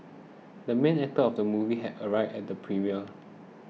the main actor of the movie has arrived at the premiere